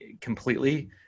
completely